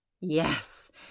yes